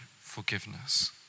forgiveness